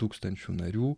tūkstančių narių